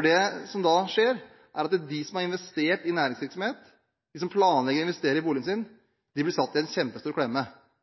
Det som da skjer, er at de som har investert i næringsvirksomhet, de som planlegger å investere i boligen sin, blir satt i en kjempestor